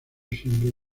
siempre